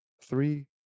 three